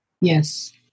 Yes